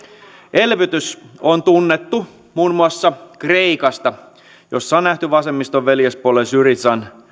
elvytys on tunnettu muun muassa kreikasta jossa on nähty vasemmiston veljespuolueen syrizan